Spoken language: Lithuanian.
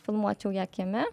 filmuočiau ją kieme